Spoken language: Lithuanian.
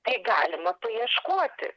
tai galima paieškoti